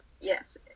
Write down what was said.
Yes